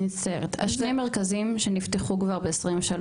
שני המרכזים שנפתחו כבר ב-2023,